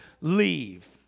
leave